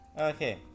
Okay